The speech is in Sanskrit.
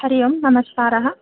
हरिः ओं नमस्कारः